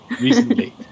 recently